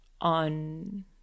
on